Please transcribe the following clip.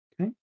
Okay